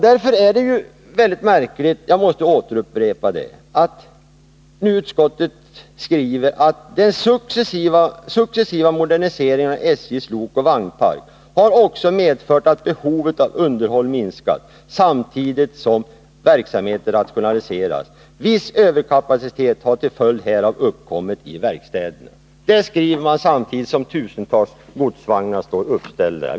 Därför är det väldigt märkligt — jag måste upprepa det — att utskottet skriver: ”Den successiva moderniseringen av SJ:s lokoch vagnpark har också medfört att behovet av underhåll minskat samtidigt som verksamheten rationaliserats. Viss överkapacitet har till följd härav uppkommit i verkstäderna ---.” Det skriver man samtidigt som tusentals godsvagnar står uppställda.